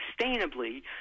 sustainably